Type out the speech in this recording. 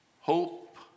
hope